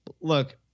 look